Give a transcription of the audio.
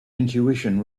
intuition